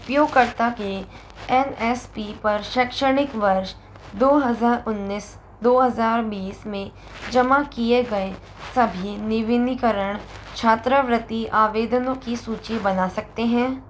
उपयोगकर्ता के N S P पर शैक्षणिक वर्ष दो हज़ार उन्नीस दो हज़ार बीस में जमा किए गए सभी नविनीकरण छात्रवृति आवेदनों की सूची बना सकते हैं